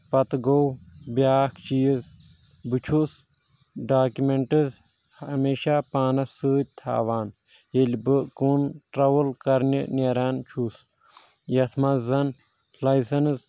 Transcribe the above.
پتہٕ گوٚو بیاکھ چیٖز بہٕ چھُس ڈاکِمیٚنٹس ہمیشہ پانس سۭتۍ تھاوان ییٚلہِ بہٕ کُن ٹرول کرنہِ نٮ۪ران چھُس یتھ منٛز زن لایسنز